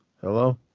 Hello